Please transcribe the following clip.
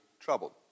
troubled